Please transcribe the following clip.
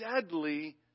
deadly